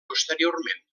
posteriorment